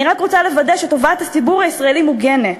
אני רק רוצה לוודא שטובת הציבור הישראלי מוגנת,